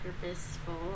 purposeful